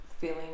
feeling